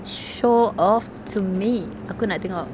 show off to me aku nak tengok